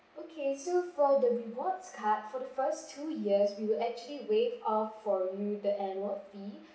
okay so for the rewards card for the first two years we'll actually waive off for you the annual fee